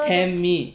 tempt me